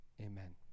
Amen